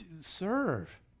Serve